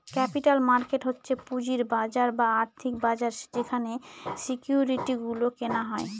capital market হচ্ছে পুঁজির বাজার বা আর্থিক বাজার যেখানে সিকিউরিটি গুলো কেনা হয়